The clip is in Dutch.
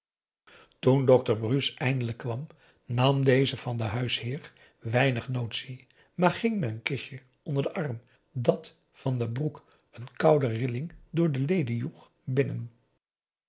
toen dokter bruce eindelijk kwam nam deze van den huisheer weinig notitie maar ging met een kistje onder den arm dat van den broek een koude rilling door de leden joeg binnen